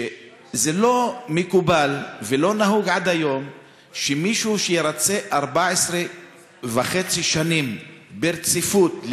לא מקובל ולא נהוג עד היום שמישהו ירצה 14.5 שנים ברציפות,